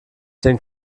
den